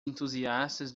entusiastas